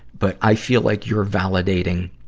but i feel like you're validating